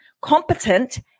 competent